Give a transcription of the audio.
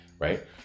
right